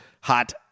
hot